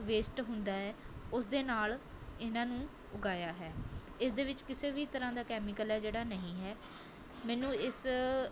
waste ਹੁੰਦਾ ਹੈ ਉਸਦੇ ਨਾਲ਼ ਇਹਨਾਂ ਨੂੰ ਉਗਾਇਆ ਹੈ ਇਸ ਦੇ ਵਿੱਚ ਕਿਸੇ ਵੀ ਤਰ੍ਹਾਂ ਦਾ ਕੈਮੀਕਲ ਹੈ ਜਿਹੜਾ ਨਹੀਂ ਹੈ ਮੈਨੂੰ ਇਸ